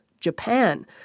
Japan